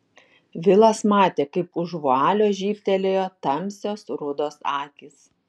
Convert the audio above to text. vilas matė kaip už vualio žybtelėjo tamsios rudos akys